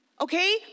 okay